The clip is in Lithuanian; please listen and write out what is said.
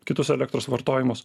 kitus elektros vartojimus